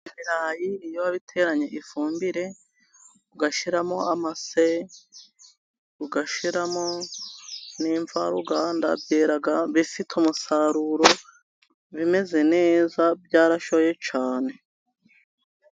Ibirayi iyo wabiteranye ifumbire, ugashyiramo amase, ugashyiramo n'imvaruganda, byera bifite umusaruro, bimeze neza, byarashoye cyane.